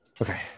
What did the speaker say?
Okay